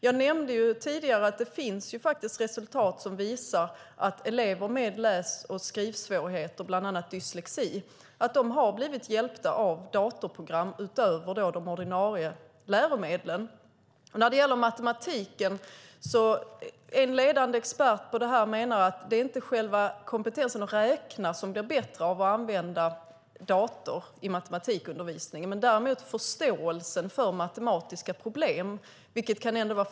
Jag nämnde tidigare att det finns resultat som visar att elever med läs och skrivsvårigheter, bland annat dyslexi, har blivit hjälpta av datorprogram utöver de ordinarie läromedlen. En ledande expert på matematik menar att det inte är själva kompetensen att räkna som blir bättre av att använda dator i matematikundervisningen, däremot förståelsen för matematiska problem.